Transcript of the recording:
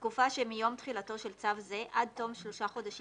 1. התקופה שמיום תחילתו של צו זה עד תום שלושה חודשים